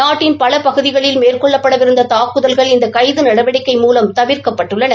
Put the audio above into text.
நாட்டின் பல பகுதிகளில் மேற்கொள்ளப்படவிருந்த தாக்குதல்கள் இந்த கைது நடவடிக்கை மூலம் தவிர்க்கப்பட்டுள்ளன